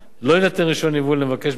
לא יינתן רשיון ייבוא למבקש בשיעור